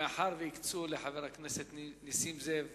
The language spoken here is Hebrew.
מאחר שהקצו לחבר הכנסת נסים זאב